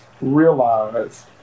realize